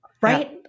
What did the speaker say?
Right